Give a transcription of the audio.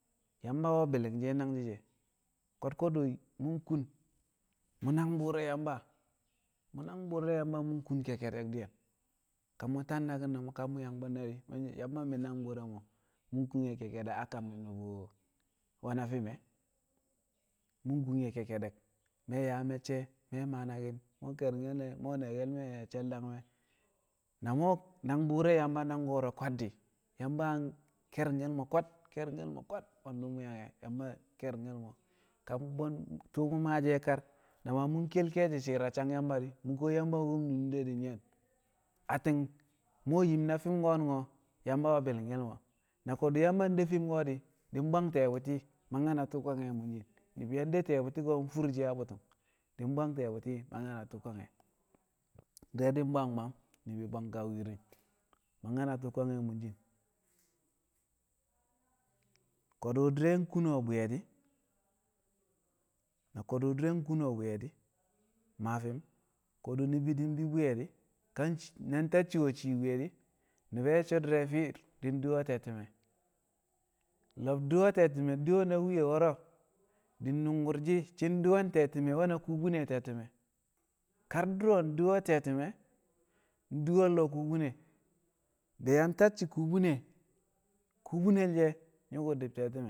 Yamba we̱ bi̱li̱ng she̱ nangshi̱ kar ko̱du̱ mu̱ kun mu̱ nangbu̱u̱r re̱ Yamba mu̱ nangbu̱u̱r re̱ Yamba mu̱ kun kekkedek diyen ka mu̱ ta naki̱n ne̱ mo̱ ka yang bwe̱nne̱ di̱, Yamba mi̱ nangbu̱u̱r re̱ mu̱ mu̱ kekkedek a kam ne̱ nu̱bu̱ we̱ na fi̱m e̱ mu̱ kun ye̱ kekkedek mi̱ we̱ yaa me̱cce̱ mi̱ we̱ maa naki̱n mu̱ ke̱ri̱ngke̱l me̱ mu̱ we̱ nyi̱ye̱ke̱l me̱ she̱l dangme̱ na mu̱ we̱ nangbu̱u̱r re̱ Yamba nang ko̱ro̱ kwad di̱ Yamba yang ke̱ri̱ngke̱l mo̱ kwad ke̱rɪngke̱l mo̱ kwad bwe̱ndu̱ mu̱ yaa yang e̱ ke̱ri̱ngke̱l mo̱ ka tu̱u̱ maashi̱ e̱ kar na maa mu̱ ke̱l ke̱e̱shi̱ shi̱i̱r a sang Yamba di̱ mu̱ kuwo Yamba wu̱m nunde di̱ nyi̱ye̱n. Atti̱n mu̱ we̱ yim na fi̱m ko̱nu̱n Yamba we̱ bi̱li̱ngke̱l mo̱ na ko̱du̱ Yamba de fi̱m ko̱nu̱n di̱ di̱ bwang ti̱ye̱ bu̱ti̱ mangke̱ na tu̱u̱ kwange̱ a mu̱n sẖi̱n ni̱bi̱ yang de ti̱ye̱ bu̱ti̱ ko̱ mfur shi̱ a butum di̱ bwang ti̱ye̱ bu̱ti̱ mangke̱ tu̱u̱ kwange̱. Di̱re̱ di̱ ni̱bi̱ mbmang ka wi̱i̱ri̱ mangke̱ na tu̱u̱ kwange̱ a mu̱n shi̱n. Ko̱du̱ ɗɪre̱ kuno bwi̱ye̱ di̱ na ko̱du̱ di̱re̱ kuno bwi̱ye̱ ko̱du̱ ni̱bi̱ mbi bwi̱ye̱ ka tacçi̱ we̱ cii mwu̱ye̱ di̱ i ma fim kodu nibin bii buyedi nang tace cii mwu̱ye̱ di ni̱bi̱ yang nye̱ shi̱ so̱ di̱re̱ fir di̱ di we̱ a te̱ti̱me̱ lo̱b di we̱ te̱ti̱me̱ di we̱ na mwu̱ye̱ wo̱ro̱ di̱ nu̱ngku̱rshi shi̱ di we̱ a te̱tɪme̱ we̱ na kubine a te̱ti̱me̱ kar du̱ro̱ di we̱ te̱ti̱me̱ di we̱ lo̱o̱ kubine be̱ yang tacci̱ kubine kubinel she̱ nyu̱ku̱ yang dib te̱ti̱me̱